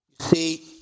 See